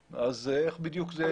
איך בדיוק זה יהיה?